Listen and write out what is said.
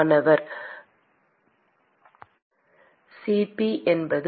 மாணவர் Cp என்பது